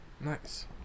Nice